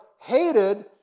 hated